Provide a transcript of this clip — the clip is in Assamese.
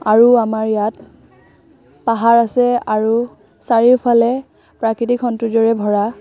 আৰু আমাৰ ইয়াত পাহাৰ আছে আৰু চাৰিওফালে প্ৰাকৃতিক সৌন্দৰ্যৰে ভৰা